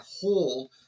hold